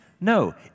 no